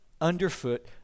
underfoot